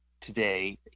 today